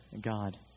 God